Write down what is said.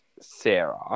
Sarah